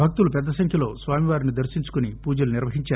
భక్తులు పెద్ద సంఖ్యలో స్వామివారిని దర్శించుకొని పూజలు నిర్వహించారు